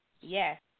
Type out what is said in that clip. Yes